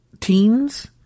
teens